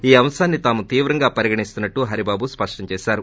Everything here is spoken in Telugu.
ఈ అంశాన్ని తాము తీవ్రంగా పరిగణిస్తున్నట్టు హరిబాబు స్పష్టం చేశారు